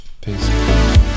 Peace